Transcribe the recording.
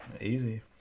Easy